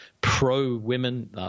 pro-women